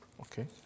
Okay